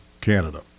Canada